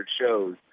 shows